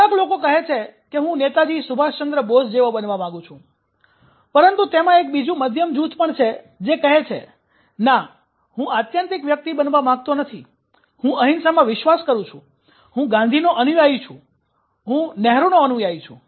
કેટલાક લોકો કહે છે કે હું નેતાજી સુભાષચંદ્ર બોઝ જેવો બનવા માંગું છું પરંતુ તેમા એક બીજું મધ્યમ જૂથ પણ છે જે કહે છે કે "ના હું આત્યંતિક વ્યક્તિ બનવા માંગતો નથી હુ અહિંસામાં વિશ્વાસ કરુ છું હું ગાંધીનો અનુયાયી છું હું નહેરુનો અનુયાયી છું